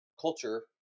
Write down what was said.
culture